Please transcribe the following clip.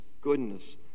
goodness